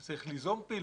צריך ליזום פעילות,